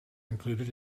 included